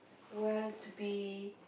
well to be